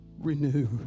Renew